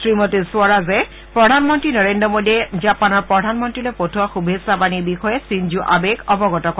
শ্ৰীমতী স্বৰাজে প্ৰধানমন্ত্ৰী নৰেন্দ্ৰ মোদীয়ে জাপানৰ প্ৰধানমন্ত্ৰীলৈ পঠোৱা শুভেচ্ছাবাণীৰ বিষযে চিনজো আৱেক অৱগত কৰে